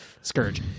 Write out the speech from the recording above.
Scourge